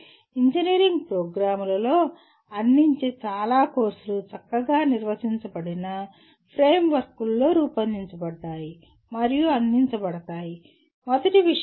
engineering ప్రోగ్రామ్లలో అందించే చాలా కోర్సులు చక్కగా నిర్వచించబడిన ఫ్రేమ్వర్క్లలో రూపొందించబడ్డాయి మరియు అందించబడతాయి మొదటి విషయం అది